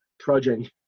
trudging